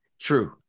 True